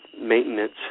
maintenance